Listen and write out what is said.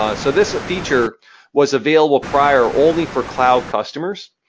ah so this feature was available prior only for cloud customers,